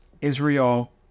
Israel